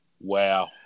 Wow